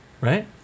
Right